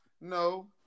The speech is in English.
no